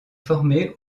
formé